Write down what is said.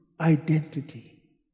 identity